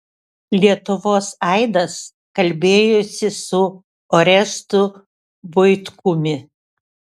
lietuvos aidas kalbėjosi su orestu buitkumi